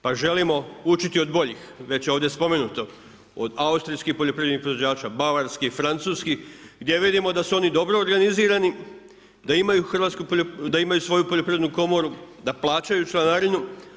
Pa želimo učiti od boljih, već je ovdje spomenuto od austrijskih poljoprivrednih proizvođača, bavarskih, francuskih gdje vidimo da su oni dobro organizirani, da imaju svoju poljoprivrednu komoru, da plaćaju članarinu.